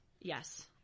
Yes